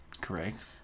correct